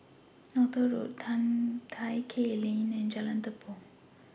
Northolt Road Tai Keng Lane and Jalan Tepong